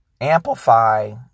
Amplify